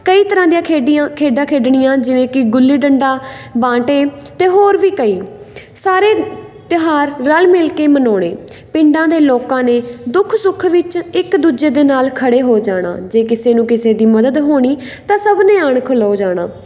ਕਈ ਤਰ੍ਹਾਂ ਦੀਆਂ ਖੇਡੀਆਂ ਖੇਡਾਂ ਖੇਡਣੀਆਂ ਜਿਵੇਂ ਕਿ ਗੁੱਲੀ ਡੰਡਾ ਬਾਂਟੇ ਅਤੇ ਹੋਰ ਵੀ ਕਈ ਸਾਰੇ ਤਿਉਹਾਰ ਰਲ ਮਿਲ ਕੇ ਮਨਾਉਣੇ ਪਿੰਡਾਂ ਦੇ ਲੋਕਾਂ ਨੇ ਦੁੱਖ ਸੁੱਖ ਵਿੱਚ ਇੱਕ ਦੂਜੇ ਦੇ ਨਾਲ ਖੜ੍ਹੇ ਹੋ ਜਾਣਾ ਜੇ ਕਿਸੇ ਨੂੰ ਕਿਸੇ ਦੀ ਮਦਦ ਹੋਣੀ ਤਾਂ ਸਭ ਨੇ ਆਉਣ ਖਲੋ ਜਾਣਾ